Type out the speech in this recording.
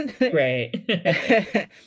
Right